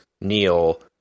Neil